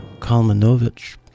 Kalmanovich